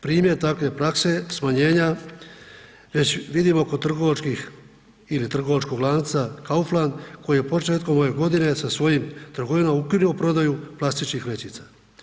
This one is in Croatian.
Primjer takve prakse smanjenja već vidimo kod trgovačkih ili trgovačkog lanca Kaufland koji je početkom ove godine sa svojim trgovinama ukinuo prodaju plastičnih vrećica.